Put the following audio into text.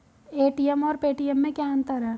ATM और Paytm में क्या अंतर है?